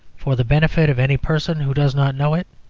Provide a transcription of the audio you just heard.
for the benefit of any person who does not know it,